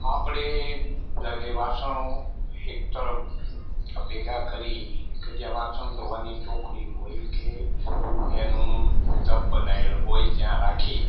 આપણે જ્યારે વાસણો એક તરફ ભેગાં કરી કે ત્યાં વાસણ ધોવાની ચોકડી હોય કે એનું ટબ બનાવેલું હોય ત્યાં રાખી